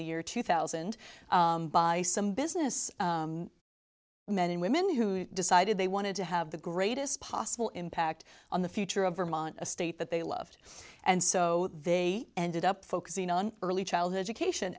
the year two thousand by some business men and women who decided they wanted to have the greatest possible impact on the future of vermont a state that they loved and so they ended up focusing on early childhood education